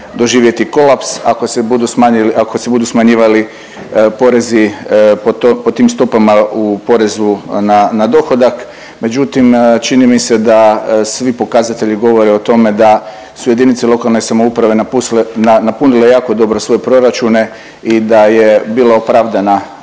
doživjeti kolaps ako se budu smanjivali porezi po tim stopama u porezu na dohodak. Međutim, čini mi se da svi pokazatelji govore o tome da su jedinice lokalne samouprave napunile jako dobro svoje proračune i da je bila opravdana